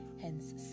hence